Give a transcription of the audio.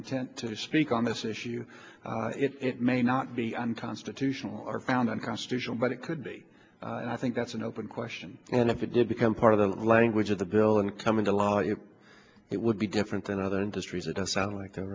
intent to speak on this issue it may not be unconstitutional or found unconstitutional but it could be i think that's an open question and if it did become part of the language of the bill and come into law it would be different in other industries it does sound like